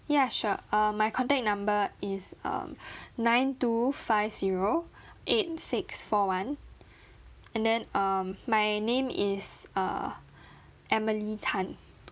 yeah sure uh my contact number is um nine two five zero eight six four one and then um my name is err emily tan